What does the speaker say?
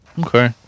okay